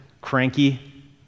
cranky